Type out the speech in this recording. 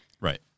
Right